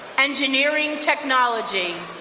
engineering technology.